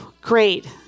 Great